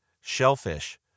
shellfish